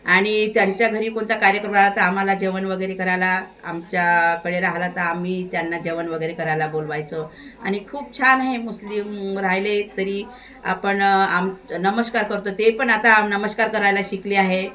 आणि त्यांच्या घरी कोणता कार्यक्रम राहिला तर आम्हाला जेवण वगैरे करायला आमच्याकडे राहला तर आम्ही त्यांना जेवण वगैरे करायला बोलवायचो आणि खूप छान आहे मुस्लिम राहिले तरी आपण आम नमस्कार करतो ते पण आता नमस्कार करायला शिकले आहे